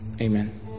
amen